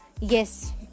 Yes